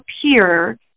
appear